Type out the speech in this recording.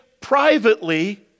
privately